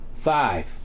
five